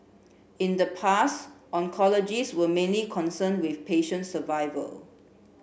in the past oncologists were mainly concerned with patient survival